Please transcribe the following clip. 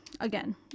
Again